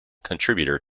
contributor